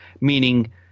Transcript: meaning